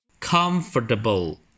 Comfortable